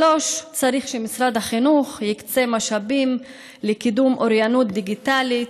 3. צריך שמשרד החינוך יקצה משאבים לקידום אוריינות דיגיטלית.